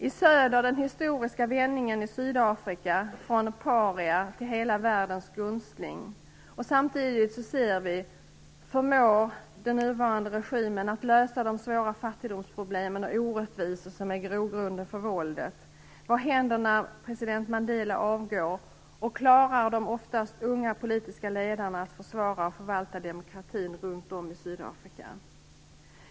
I söder finns den historiska vändningen i Sydafrika, från paria till hela världens gunstling. Och samtidigt, förmår den nuvarande regimen att lösa de svåra fattigdomsproblem och orättvisor som är grogrunden för våldet. Vad händer när Mandela avgår, och klarar de oftast unga politiska ledarna att försvara och förvalta demokratin runt om i Sydafrika?